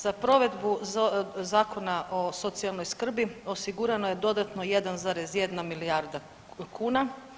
Za provedbu Zakona o socijalnoj skrbi osigurano je dodatno 1,1 milijarda kuna.